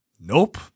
Nope